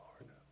Lord